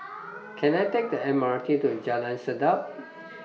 Can I Take The M R T to Jalan Sedap